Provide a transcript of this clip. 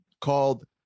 called